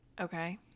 Okay